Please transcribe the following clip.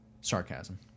Sarcasm